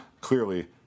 clearly